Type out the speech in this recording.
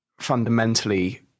fundamentally